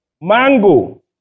Mango